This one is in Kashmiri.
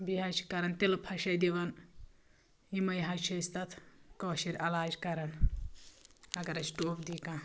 بیٚیہِ حظ چھِ کَران تِلہٕ پھَش دِوان یِمَے حظ چھِ أسۍ تَتھ کٲشِر علاج کَران اگر اَسہِ ٹوٚپھ دی کانٛہہ